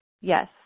yes